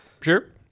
Sure